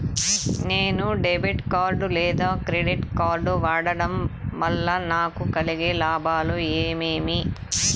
నేను debit card లేదా credit card వాడడం వల్ల నాకు కలిగే లాభాలు ఏమేమీ?